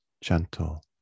gentle